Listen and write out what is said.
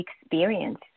experience